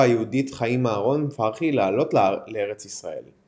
היהודית חיים אהרן פרחי לעלות לארץ ישראל.